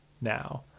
now